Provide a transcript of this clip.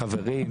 חברים,